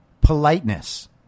politeness